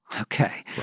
Okay